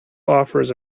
offers